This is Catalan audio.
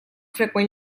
freqüent